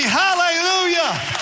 hallelujah